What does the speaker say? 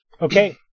Okay